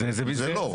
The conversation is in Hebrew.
זה לא.